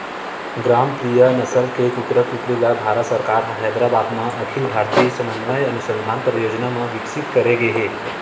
ग्रामप्रिया नसल के कुकरा कुकरी ल भारत सरकार ह हैदराबाद म अखिल भारतीय समन्वय अनुसंधान परियोजना म बिकसित करे गे हे